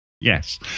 Yes